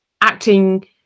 acting